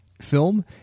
film